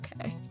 Okay